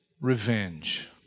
revenge